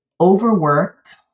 overworked